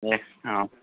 दे औ